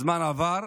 הזמן עבר,